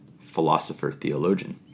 philosopher-theologian